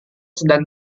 sedang